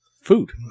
Food